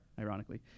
ironically